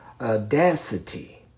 audacity